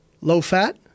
low-fat